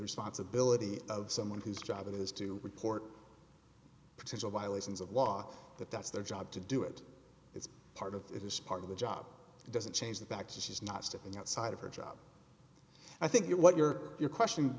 responsibility of someone whose job it is to report potential violations of law that that's their job to do it it's part of it is part of the job doesn't change the fact that she's not stepping outside of her job i think you're what you're your question